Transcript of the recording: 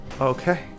Okay